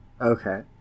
Okay